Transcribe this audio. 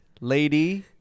Lady